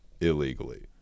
illegally